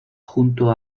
junto